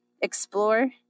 Explore